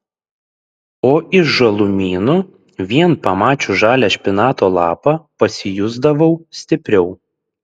o iš žalumynų vien pamačius žalią špinato lapą pasijusdavau stipriau